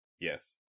Yes